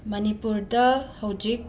ꯃꯥꯅꯤꯄꯨꯔꯗ ꯍꯧꯖꯤꯛ